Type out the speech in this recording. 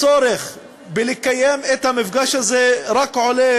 הצורך לקיים את המפגש הזה רק עולה